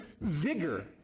vigor